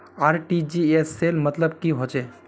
RTGS सेल मतलब की होचए?